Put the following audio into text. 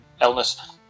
illness